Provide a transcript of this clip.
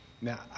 Now